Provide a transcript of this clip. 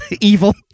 evil